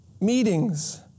meetings